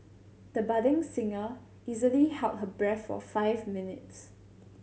the budding singer easily held her breath for five minutes